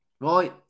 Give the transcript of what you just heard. Right